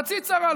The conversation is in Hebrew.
חצי צרה,